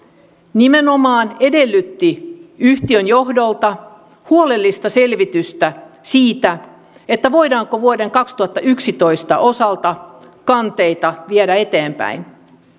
nimenomaan edellytti yhtiön johdolta huolellista selvitystä siitä siitä voidaanko vuoden kaksituhattayksitoista osalta kanteita viedä eteenpäin